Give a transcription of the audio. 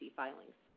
filings